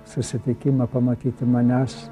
susitikimą pamatyti manęs